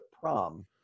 prom